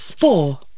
Four